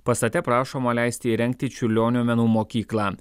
pastate prašoma leisti įrengti čiurlionio menų mokyklą